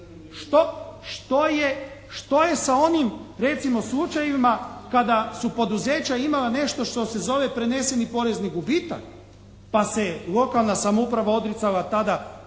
Što je sa onim recimo slučajevima kada su poduzeća imala nešto što se zove prenesi porezni gubitak? Pa se lokalna samouprava odricala tada